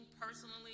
personally